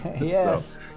yes